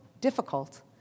difficult